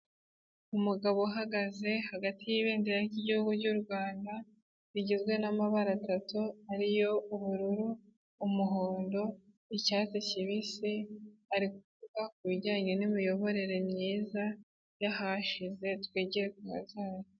Umugabo uhagaze hagati y'ibendera ry'Igihugu cy'u Rwanda rigizwe n'amabara atatu ariyo ubururu, umuhondo, icyatsi kibisi, ari kuvuga ku bijyanye n'imiyoborere myiza y'ahashize twigire ku hazaza.